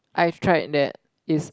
I've tried that is